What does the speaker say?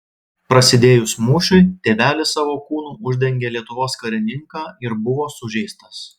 prasidėjus mūšiui tėvelis savo kūnu uždengė lietuvos karininką ir buvo sužeistas